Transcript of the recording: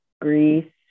greece